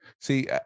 see